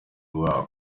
wabo